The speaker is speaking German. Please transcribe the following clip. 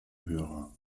hörer